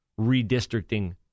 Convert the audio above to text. redistricting